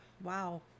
Wow